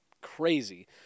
crazy